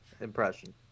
impression